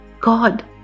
God